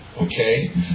okay